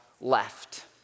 left